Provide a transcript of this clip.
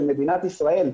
של מדינת ישראל,